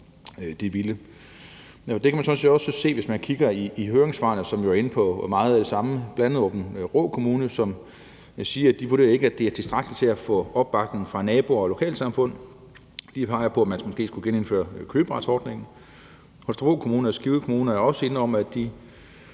Det kan man sådan set også se, hvis man kigger i høringssvarene, som jo er inde på meget af det samme. Bl.a. Aabenraa Kommune siger, at de ikke vurderer, at det er tilstrækkeligt til at få opbakning fra naboer og lokalsamfund. De peger på, at man måske skulle genindføre køberetsordningen. I Holstebro Kommune og Skive Kommune er også inde på, at det